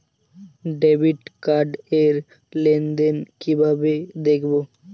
Debit card র লেনদেন কিভাবে দেখবো?